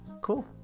Cool